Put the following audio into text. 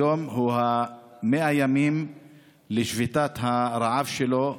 היום מלאו 100 ימים לשביתת הרעב שלו,